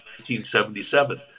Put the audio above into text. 1977